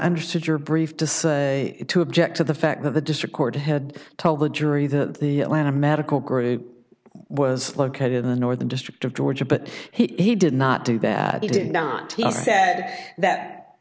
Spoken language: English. understood your brief to say to object to the fact that the district court had told the jury that the land of medical group was located in the northern district of georgia but he did not do bad he did not sad that